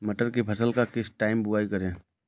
मटर की फसल का किस टाइम बुवाई करें?